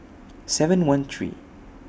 seven one three